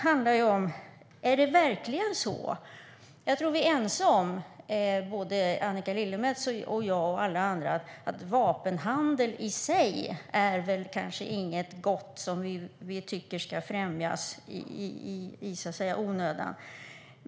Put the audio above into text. Jag tror att vi är ense om - Annika Lillemets, jag och alla andra - att vapenhandel i sig kanske inte är något gott som vi tycker ska främjas i onödan, så att säga.